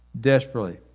desperately